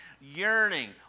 yearning